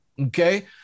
Okay